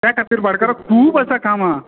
त्या खातीर भाटकारा खूब आसा कामां